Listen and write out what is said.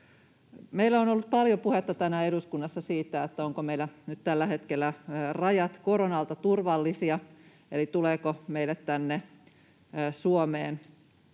Meillä on ollut paljon puhetta tänään eduskunnassa siitä, ovatko meillä nyt tällä hetkellä rajat koronalta turvallisia eli tuleeko meille tänne Suomeen